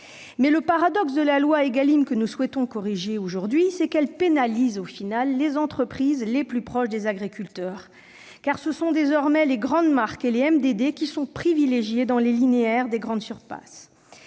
SRP. Le paradoxe de la loi Égalim, que nous souhaitons corriger aujourd'hui, c'est qu'elle pénalise, au final, les entreprises les plus proches des agriculteurs. Ce sont désormais les grandes marques et les MDD qui sont privilégiées dans les linéaires des grandes surfaces.